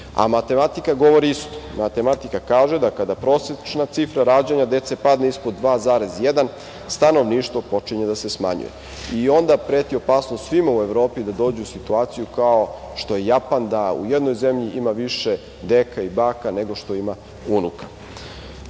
Matematika govori isto. Matematika kaže da kada prosečna cifra rađanja dece padne ispod 2,1% stanovništvo počinje da se smanjuje. Onda preti opasnost svima u Evropi da dođu u situaciju kao što je Japan, da u jednoj zemlji ima više deka i baka nego što ima unuka. Kao